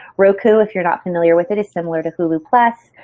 roku, if you're not familiar with it, is similar to hulu plus.